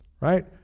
right